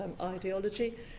ideology